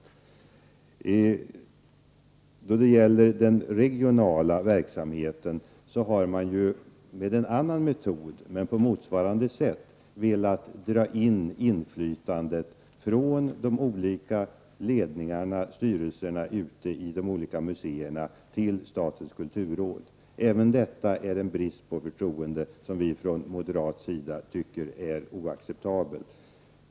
När det gäller den regionala verksamheten har man med en annan metod, men på motsvarande sätt, velat föra över inflytandet från ledningarna i de olika museerna till statens kulturråd. Även detta innebär en brist på förtroende som vi från moderat sida anser är oacceptabel.